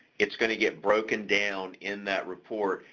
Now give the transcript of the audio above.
it's gonna get broken down in that report,